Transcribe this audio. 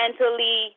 mentally